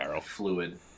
fluid